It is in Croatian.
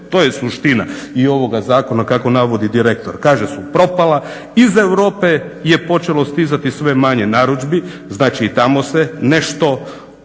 to je suština i ovoga zakona kako navodi direktor, … su propala, iz Europe je počelo stizati sve manje narudžbi, znači tamo se nešto